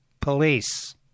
Police